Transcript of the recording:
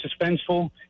suspenseful